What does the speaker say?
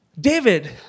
David